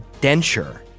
denture